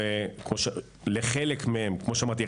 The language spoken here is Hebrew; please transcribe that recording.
כמו שאמרתי,